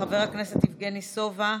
חבר הכנסת יבגני סובה,